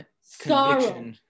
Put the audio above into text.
sorrow